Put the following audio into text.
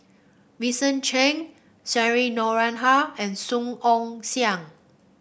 Vincent Cheng Cheryl Noronha and Song Ong Siang